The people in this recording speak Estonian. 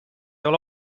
ole